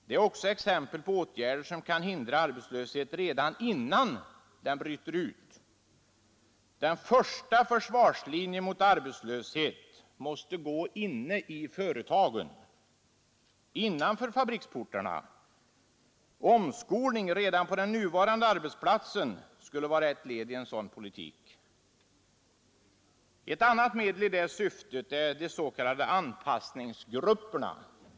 Det är också ett exempel på åtgärder som kan hindra arbetslöshet redan innan den bryter ut. Den första försvarslinjen mot arbetslöshet måste gå inne i företagen, innanför fabriksportarna. Omskolning redan på den nuvarande arbetsplatsen skulle vara ett led i en sådan politik. Ett annat medel i det syftet är de s.k. anpassningsgrupperna.